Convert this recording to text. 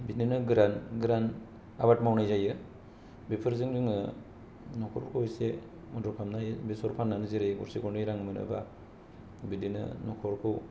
बिदिनो गोरान गोरान आबाद मावनाय जायो बेफोरजों जोङो नखरखौ एसे मदद खालामनो हायो बेसर फाननाय जेरै गरसे गरनै रां मोनोबा बिदिनो नखरखौ